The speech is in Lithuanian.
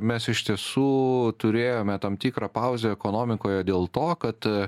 mes iš tiesų turėjome tam tikrą pauzę ekonomikoje dėl to kad